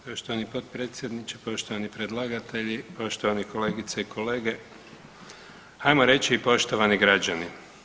Poštovani potpredsjedniče, poštovani predlagatelji, poštovani kolegice i kolege, hajmo reći i poštovani građani.